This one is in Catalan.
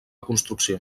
construcció